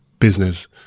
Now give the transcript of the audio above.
business